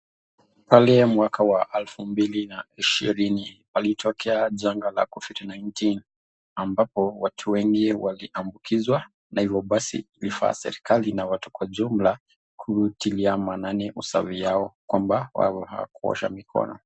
ilie mwaka wa 2020 kulitokea janga la COVID-19 ambapo watu wengi waliaambukizwa na hivyo basi ilifaa serikali na watu kwa jumla kutilia maanani usafi wao kwamba wakawa kuosha mikono.